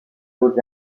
beaux